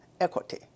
equity